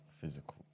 Physical